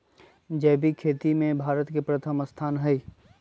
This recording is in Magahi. जैविक खेती में भारत के प्रथम स्थान हई